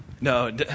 No